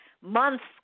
months